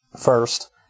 first